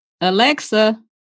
Alexa